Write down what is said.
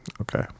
Okay